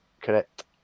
correct